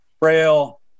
braille